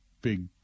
big